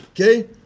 okay